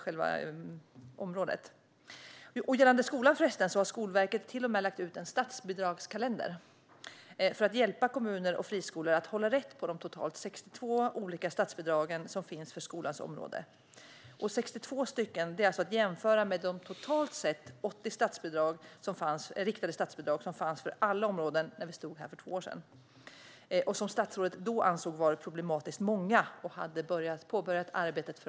När det gäller skolan har Skolverket till och med lagt ut en statsbidragskalender för att hjälpa kommuner och friskolor att hålla reda på de totalt 62 olika statsbidrag som finns för skolans område - 62 stycken, att jämföra med de totalt 80 riktade statsbidrag som fanns för alla områden när vi stod här för två år sedan. Statsrådet ansåg då att det var problematiskt många, och han hade påbörjat ett arbete för en minskning.